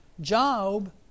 Job